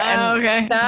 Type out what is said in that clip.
Okay